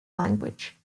language